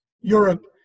Europe